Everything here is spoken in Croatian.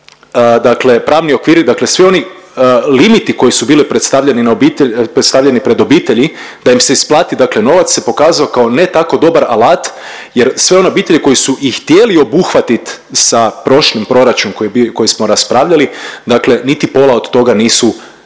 dakle pravni okvir dakle svi oni limiti koji su bili predstavljeni na obitelj, predstavljeni pred obitelji da im se isplati dakle novac se pokazao kao ne tako dobar alat jer sve one obitelji koje su i htjeli obuhvatit sa, prošli proračun koji smo raspravljali, dakle niti pola od toga nisu, nisu